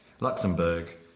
Luxembourg